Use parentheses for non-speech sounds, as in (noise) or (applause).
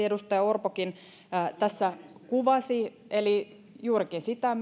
(unintelligible) edustaja orpokin tässä kuvasi eli juurikin sitä mikä on (unintelligible)